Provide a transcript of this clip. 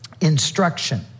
instruction